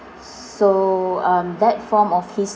so um that form of his~